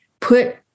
put